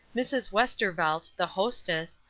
mrs. westervelt, the hostess,